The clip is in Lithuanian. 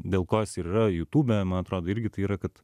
dėl ko jis ir yra jutube man atrodo irgi tai yra kad